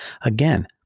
again